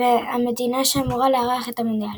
והמדינה שאמורה לארח את המונדיאל.